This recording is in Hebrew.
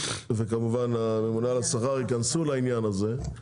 וכמובן, הממונה על השכר, ייכנסו לעניין הזה.